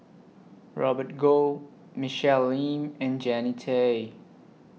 Robert Goh Michelle Lim and Jannie Tay